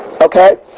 Okay